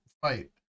fight